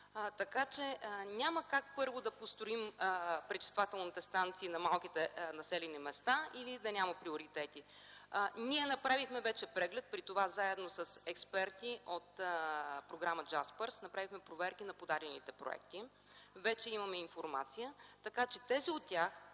Така че, няма как първо да построим пречиствателните станции на малките населени места или да няма приоритети. Ние вече направихме преглед, при това заедно с експерти от програма „Джаспърс” направихме проверки на подадените проекти. Вече имаме информация. Така че тези от тях,